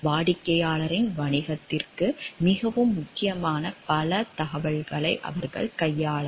வாடிக்கையாளரின் வணிகத்திற்கு மிகவும் முக்கியமான பல தகவல்களை அவர்கள் கையாளலாம்